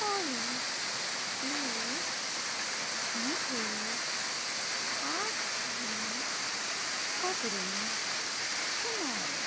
اولی پلیز مجھے آج کی خبریں سناؤ